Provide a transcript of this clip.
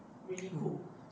cool